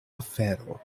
afero